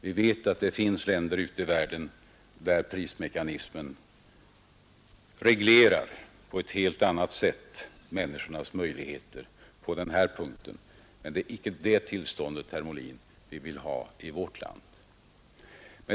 Vi vet att det finns länder ute i världen där prismekanismen på ett helt annat sätt reglerar människornas möjligheter att efterfråga sjukvård, men det är icke det tillståndet, herr Molin, vi vill ha i vårt land.